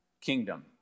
kingdom